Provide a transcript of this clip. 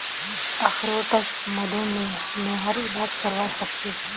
अखरोट स मधुमेहर इलाज करवा सख छी